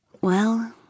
Well